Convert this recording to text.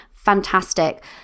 fantastic